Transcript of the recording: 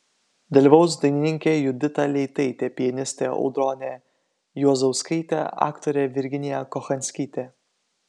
dalyvaus dainininkė judita leitaitė pianistė audronė juozauskaitė aktorė virginija kochanskytė